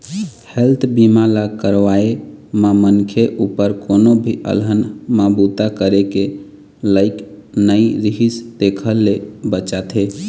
health बीमा ल करवाए म मनखे उपर कोनो भी अलहन म बूता करे के लइक नइ रिहिस तेखर ले बचाथे